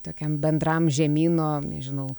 tokiam bendram žemyno nežinau